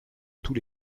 tous